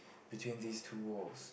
between these two walls